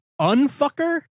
unfucker